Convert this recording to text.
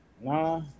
Nah